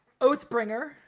Oathbringer